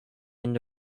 end